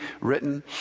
written